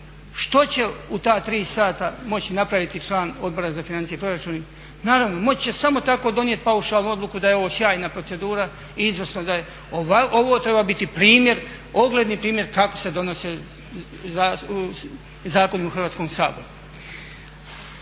Što će u ta3 sata moći napraviti član Odbora za financije i proračun? Naravno moći će samo tako donijeti paušalu odluku da je ovo sjajna procedura i izvrsno da je, ovo treba biti primjer, ogledni primjer kako se donose zakoni u Hrvatskom saboru.